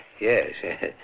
yes